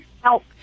help